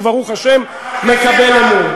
וברוך השם מקבל אמון.